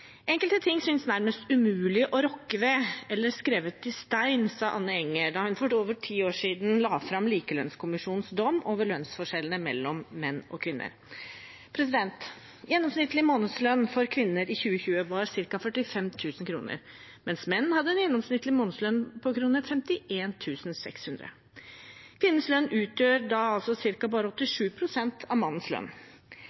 Enkelte ting synes nærmest umulig å rokke ved, eller er skrevet i stein, sa Anne Enger da hun for over ti år siden la fram Likelønnskommisjonens dom over lønnsforskjellene mellom menn og kvinner. Gjennomsnittlig månedslønn for kvinner i 2020 var ca. 45 000 kr, mens menn hadde en gjennomsnittlig månedslønn på 51 600 kr. Kvinnens lønn utgjør altså bare